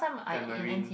tamarind